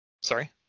Sorry